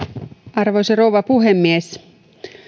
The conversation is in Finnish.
arvoisa rouva puhemies